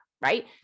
right